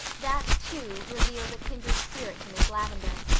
that too revealed a kindred spirit to miss lavendar.